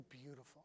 beautiful